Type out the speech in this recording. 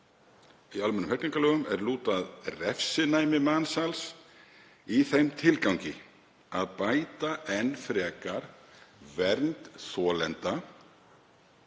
í almennum hegningarlögum er lúta að refsinæmi mansals í þeim tilgangi að bæta enn frekar vernd þolenda